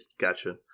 Gotcha